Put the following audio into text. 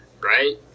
right